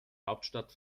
hauptstadt